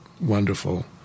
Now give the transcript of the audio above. wonderful